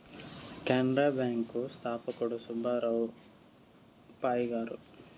Canara bank స్థాపకుడు సుబ్బారావు పాయ్ గారు